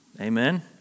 Amen